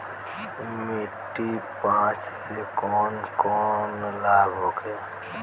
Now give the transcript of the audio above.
मिट्टी जाँच से कौन कौनलाभ होखे?